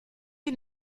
die